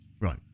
Right